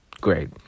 great